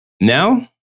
Now